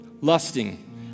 Lusting